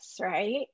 Right